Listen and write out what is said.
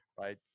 Right